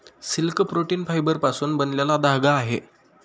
silk protein फायबरपासून बनलेला धागा आहे